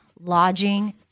lodging